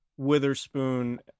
witherspoon